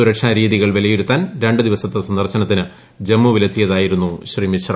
സുരക്ഷാ രീതികൾ വിലയിരുത്താൻ ര ു ദിവസത്തെ സന്ദർശനത്തിന് ജമ്മുവിലെത്തിയതായിരുന്നു ശ്രീ മിശ്ര